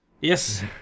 Yes